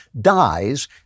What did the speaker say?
dies